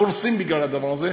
קורסים בגלל הדבר הזה.